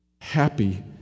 Happy